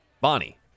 Bonnie